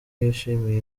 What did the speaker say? yashimiye